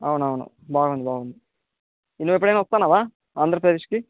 అవునవును బాగుంది బాగుంది నువ్వు ఎప్పుడైనా వస్తున్నావా ఆంధ్రప్రదేశ్కి